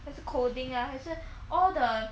还是 coding ah 还是 all the